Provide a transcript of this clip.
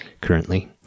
currently